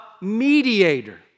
mediator